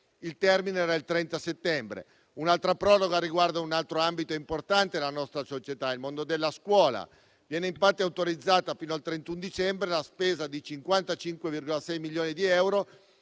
Novembre 2023 30 settembre). Un’altra proroga riguarda un altro ambito importante della nostra società, ossia il mondo della scuola: viene infatti autorizzata fino al 31 dicembre la spesa di 55,6 milioni di euro